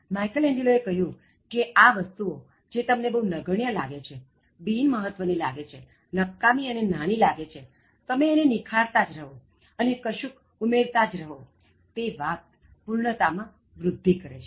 Michelangelo એ કહ્યું કે આ વસ્તુઓ જે તમને બહુ નગણ્ય લાગે છે બિન મહત્ત્વ ની લાગે છે નકામી અને નાની લાગે છે તમે એને નિખારતા જ રહો અને કશુંક ઉમેરતાં જ રહો તે વાત પૂર્ણતા માં વૃદ્ધિ કરે છે